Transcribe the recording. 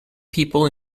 people